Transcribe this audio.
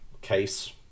case